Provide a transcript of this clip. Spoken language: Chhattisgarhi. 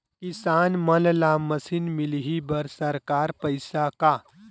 किसान मन ला मशीन मिलही बर सरकार पईसा का?